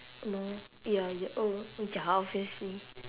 oh ya y~ oh ya obviously